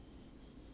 yeah